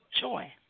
joy